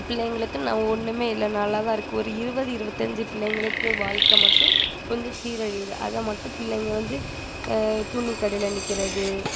பிள்ளைங்களுக்கு நம்ம ஒன்றுமே இல்லை நல்லா தான் இருக்குது ஒரு இருபது இருபத்தஞ்சு பிள்ளைங்களுக்கு வாழ்க்க மட்டும் கொஞ்சம் சீரழியுது அதை மட்டும் பிள்ளைங்கள் வந்து துணி கடையில் நிற்கறது